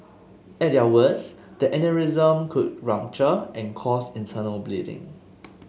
at their worst the aneurysm could rupture and cause internal bleeding